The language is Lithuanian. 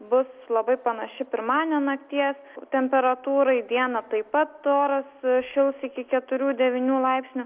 bus labai panaši pirmadienio nakties temperatūrai dieną taip pat oras šils iki keturių devynių laipsnių